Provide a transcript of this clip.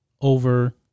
over